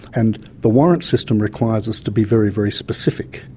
and the warrant system requires us to be very, very specific.